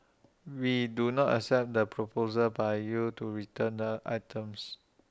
we do not accept the proposal by you to return the items